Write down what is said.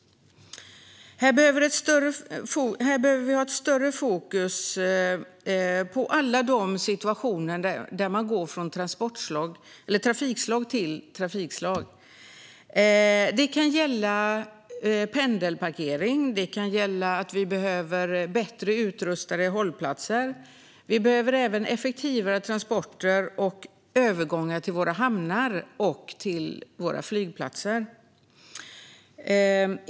Här behöver vi ha ett starkare fokus på alla situationer där man går från trafikslag till trafikslag. Det kan gälla pendelparkering, bättre utrustade hållplatser, effektivare transporter och övergångar till våra hamnar och flygplatser.